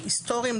היסטוריים.